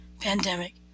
pandemic